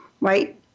Right